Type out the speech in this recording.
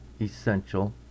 essential